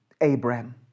abraham